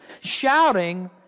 Shouting